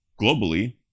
globally